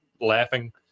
laughing